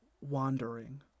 wandering